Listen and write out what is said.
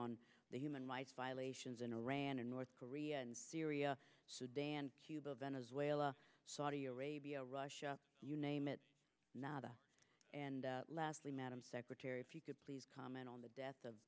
on the human rights violations in iran and north korea and syria sudan cuba venezuela saudi arabia russia you name it nada and lastly madam secretary if you could please comment on the death of